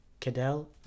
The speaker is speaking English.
Cadell